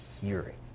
hearing